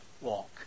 walk